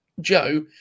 Joe